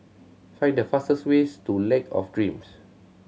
find the fastest ways to Lake of Dreams